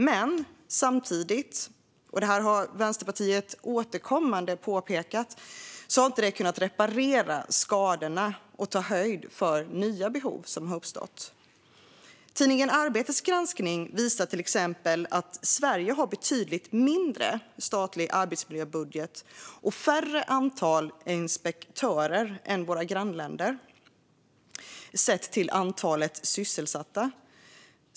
Men samtidigt har detta, och det har Vänsterpartiet återkommande påpekat, inte kunnat reparera skadorna och ta höjd för nya behov som har uppstått. Tidningen Arbetets granskning visar till exempel att Sverige har en betydligt mindre statlig arbetsmiljöbudget och färre inspektörer än våra grannländer sett till antalet sysselsatta.